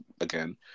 again